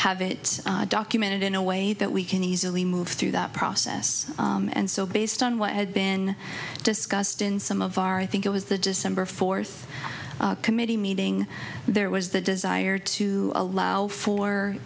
have it documented in a way that we can easily move through that process and so based on what had been discussed in some of our i think it was the december fourth committee meeting there was the desire to allow for